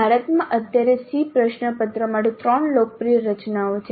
ભારતમાં અત્યારે SEE પ્રશ્નપત્ર માટે 3 લોકપ્રિય રચનાઓ છે